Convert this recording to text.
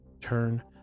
turn